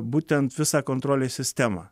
būtent visą kontrolės sistemą